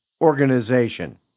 Organization